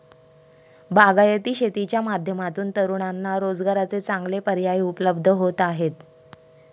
बागायती शेतीच्या माध्यमातून तरुणांना रोजगाराचे चांगले पर्याय उपलब्ध होत आहेत